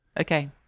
Okay